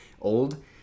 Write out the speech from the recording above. old